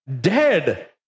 dead